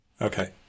Okay